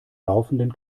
laufenden